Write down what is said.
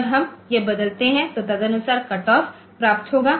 जब हम यह बदलते हैं तो तदनुसार कट ऑफ प्राप्त होगा